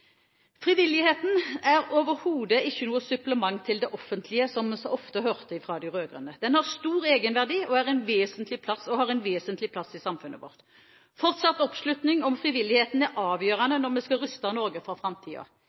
Frivilligheten er overhodet ikke noe supplement til det offentlige, som en så ofte hørte fra de rød-grønne. Den har stor egenverdi og har en vesentlig plass i samfunnet vårt. Fortsatt oppslutning om frivilligheten er avgjørende når vi skal ruste Norge for